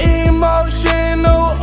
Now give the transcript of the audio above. emotional